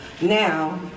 Now